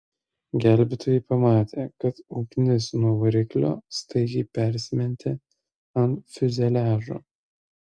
gelbėtojai pamatė kad ugnis nuo variklio staigiai persimetė ant fiuzeliažo